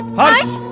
harsh!